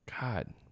God